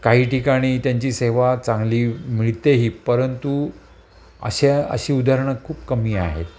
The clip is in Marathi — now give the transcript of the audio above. काही ठिकाणी त्यांची सेवा चांगली मिळतेही परंतु अशा अशी उदाहरणं खूप कमी आहेत